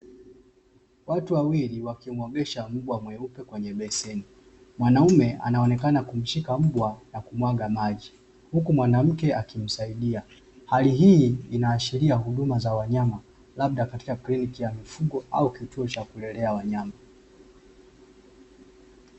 Watu wawili wakimuogesha mbwa mweupe kwenye beseni. Mwanaume anaonekana kumshika mbwa, na kumwaga maji huku mwanamke akimsaidia. Hali hii inaashiria huduma za wanyama, labda katika kliniki ya mifugo, au kituo cha kulelea wanyama.